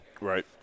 Right